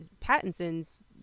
Pattinson's